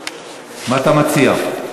מה אתה מציע?